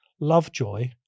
lovejoy